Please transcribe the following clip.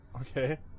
Okay